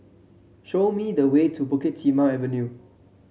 show me the way to Bukit Timah Avenue